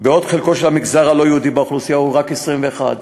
בעוד חלקו של המגזר הלא-יהודי באוכלוסייה הוא רק 21%,